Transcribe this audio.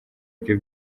byo